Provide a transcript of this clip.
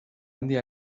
handia